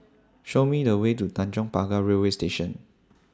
Show Me The Way to Tanjong Pagar Railway Station